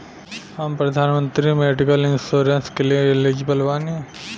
हम प्रधानमंत्री medical insurance के लिए एलिजिबल बानी?